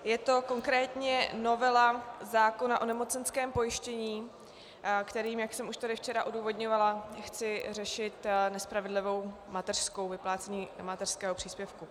Je to konkrétně novela zákona o nemocenském pojištění, kterým, jak jsem tady již včera odůvodňovala, chci řešit nespravedlivou mateřskou, vyplácení mateřského příspěvku.